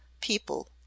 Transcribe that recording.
people